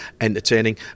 entertaining